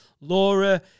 Laura